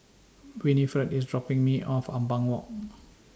Winnifred IS dropping Me off Ampang Walk